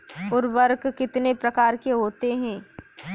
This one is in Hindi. उर्वरक कितने प्रकार के होते हैं?